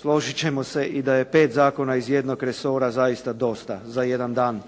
Složiti ćemo se i da je 5 zakona iz jednog resora zaista dosta za jedan dan.